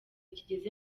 kigeze